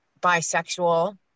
bisexual